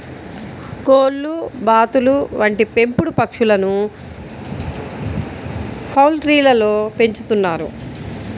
కోళ్లు, బాతులు వంటి పెంపుడు పక్షులను పౌల్ట్రీలలో పెంచుతున్నారు